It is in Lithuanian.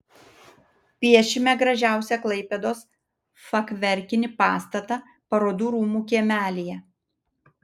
piešime gražiausią klaipėdos fachverkinį pastatą parodų rūmų kiemelyje